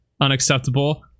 unacceptable